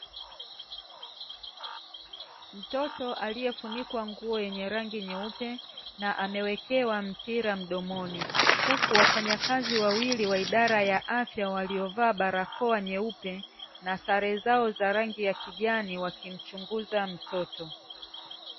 Mtoto aliyefunikwa nguo yenye rangi nyeupe na amewekewa mpira mdomoni, huku wafanyakazi wawili wa idara ya afya waliovaa barakoa nyeupe na sare zao za rangi ya kijani wakimchunguza mtoto.